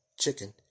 chicken